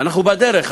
ואנחנו בדרך.